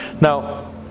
Now